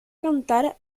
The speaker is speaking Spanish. cantar